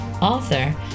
author